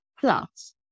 plus